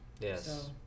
Yes